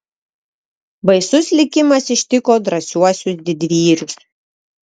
baisus likimas ištiko drąsiuosius didvyrius